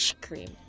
cream